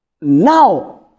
now